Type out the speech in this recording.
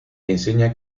enseña